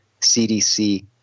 CDC